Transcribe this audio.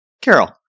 Carol